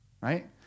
Right